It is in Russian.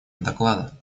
доклада